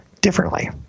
differently